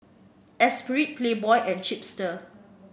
Espirit Playboy and Chipster